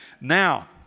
Now